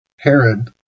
Herod